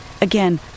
Again